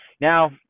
Now